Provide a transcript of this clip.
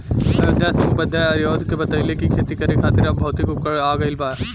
अयोध्या सिंह उपाध्याय हरिऔध के बतइले कि खेती करे खातिर अब भौतिक उपकरण आ गइल बा